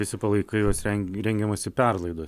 visi palaikai juos ren rengiamasi perlaidoti